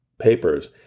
papers